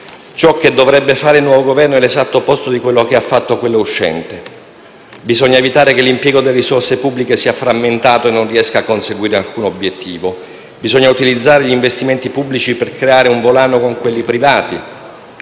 Ciò che dovrebbe fare il nuovo Governo è l'esatto opposto di quello che ha fatto quello uscente: bisogna evitare che l'impiego delle risorse pubbliche sia frammentato e non riesca a conseguire alcun obiettivo, bisogna utilizzare gli investimenti pubblici per creare un volano con quelli privati